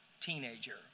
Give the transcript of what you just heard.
teenager